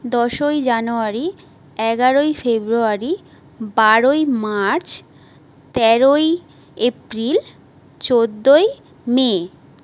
দশই জানুয়ারি এগারোই ফেব্রুয়ারি বারোই মার্চ তেরোই এপ্রিল চোদ্দোই মে